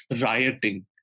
rioting